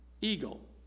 Eagle